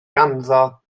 ganddo